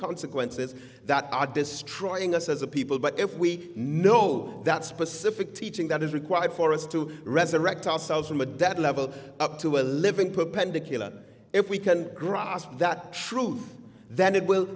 consequences that are destroying us as a people but if we know that specific teaching that is required for us to resurrect ourselves from a dead level up to a living perpendicular if we can grasp that truth then it will